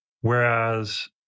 Whereas